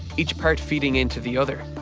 each part feeding into the other.